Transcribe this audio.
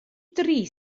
dri